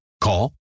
Call